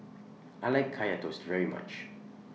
I like Kaya Toast very much